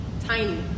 tiny